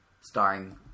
starring